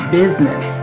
business